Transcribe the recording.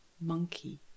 Monkey